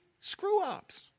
screw-ups